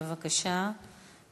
בבקשה,